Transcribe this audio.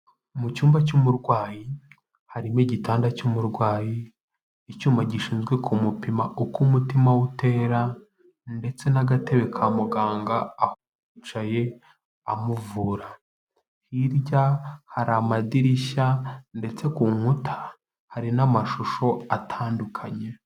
Mu cyumba cy'umurwayi, harimo igitanda cy'umurwayi icyuma gishinzwe kumupima uko umutima we utera, ndetse n'agatebe ka muganga aho yicaye amuvura, hirya hari amadirishya ndetse ku nkuta hari n'amashusho atandukanye.